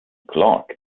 clark